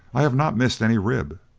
i have not missed any rib.